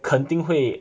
肯定会